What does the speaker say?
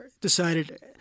decided –